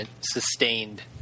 sustained